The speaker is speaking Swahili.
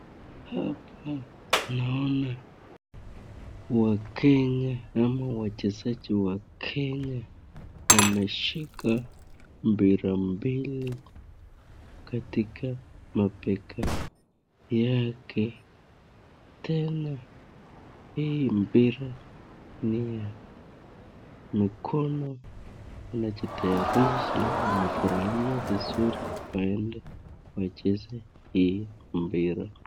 Hapa naona wakenya ama wachezaji wa Kenya wameshika mpira mbili katika mabega yake, tena hii mpiria ni ya mikono wanajitayarisha wamefurahia vizuri waende wacheze hii mpira.